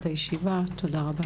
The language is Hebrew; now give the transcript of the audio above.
הישיבה נעולה.